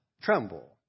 Tremble